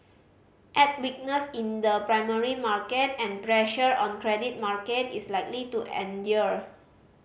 add weakness in the primary market and pressure on credit market is likely to endure